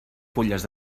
fulles